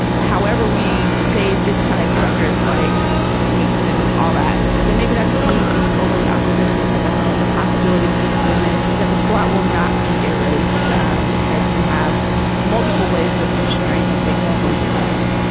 however we save digitized records like sweets and all that then maybe that's me being overly optimistic about the possibility that these women that the squat will not be erased um because we have multiple ways of ensuring that they won't be erased.